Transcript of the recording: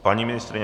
Paní ministryně?